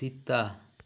Sita